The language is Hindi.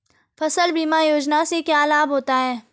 फसल बीमा योजना से क्या लाभ होता है?